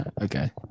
Okay